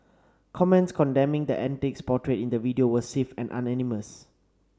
comments condemning the antics portrayed in the video were swift and unanimous